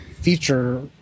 feature